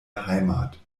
heimat